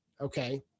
Okay